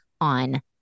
on